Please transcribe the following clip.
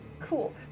Cool